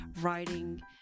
writing